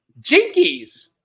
jinkies